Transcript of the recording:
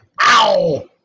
Ow